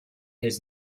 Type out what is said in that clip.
his